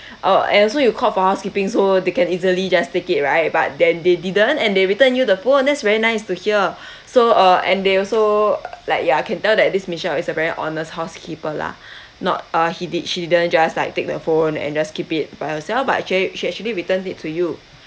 uh and also you called for housekeeping so they can easily just take it right but then they didn't and they return you the phone that's very nice to hear so uh and they also like ya can tell that this michelle is a very honest housekeeper lah not uh he did she didn't just like take the phone and just keep it by herself but actually she actually returned it to you